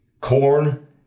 Corn